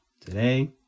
Today